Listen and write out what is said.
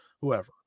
whoever